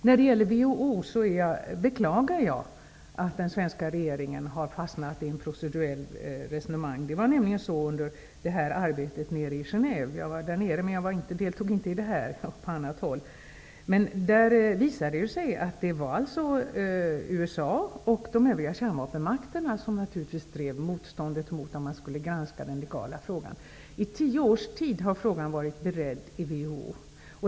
När det gäller WHO beklagar jag att den svenska regeringen har fastnat i ett proceduellt resonemang. I arbetet i Genève -- jag var där men deltog inte i det arbetet -- visade det sig att det var USA och de övriga kärnvapenmakterna som drev motståndet mot att man skulle granska denna fråga. I tio års tid har frågan beretts inom WHO.